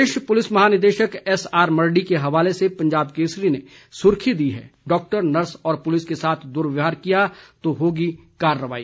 प्रदेश police महानिदेशक के हवाले से पंजाब केसरी ने सुर्खी दी है डॉक्टर नर्स व पुलिस के साथ दुर्व्यवहार किया तो होगी कार्रवाई